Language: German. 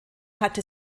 hatte